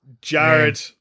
Jared